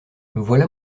voilà